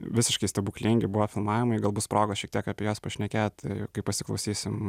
visiškai stebuklingi buvo filmavimai gal bus proga šiek tiek apie juos pašnekėt kai pasiklausysim